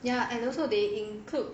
ya and also they include